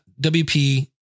WP